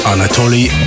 Anatoly